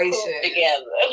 together